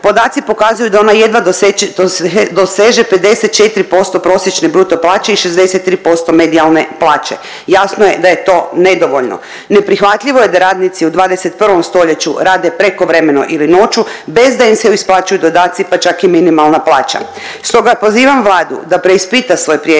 podaci pokazuju da ona doseže 54% prosječne bruto plaće i 63% medijalne plaće. Jasno je da je to nedovoljno. Neprihvatljivo je da radnici u 21. st. rade prekovremeno ili noću bez da im se isplaćuju dodaci, pa čak i minimalna plaća. Stoga pozivam Vladu da preispita svoj prijedlog